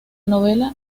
novela